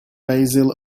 basil